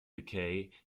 decay